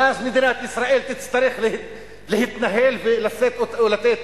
ואז מדינת ישראל תצטרך להתנהל ולשאת ולתת